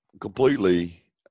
completely